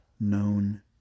known